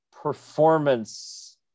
performance